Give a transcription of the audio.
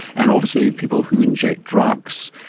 and obviously people who inject drugs.